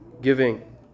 Giving